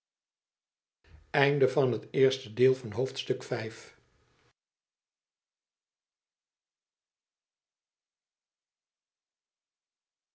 hoofdstuk van het eerste deel van het